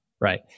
Right